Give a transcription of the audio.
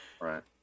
Right